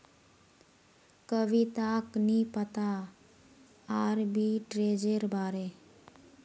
कविताक नी पता आर्बिट्रेजेर बारे